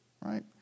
right